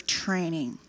training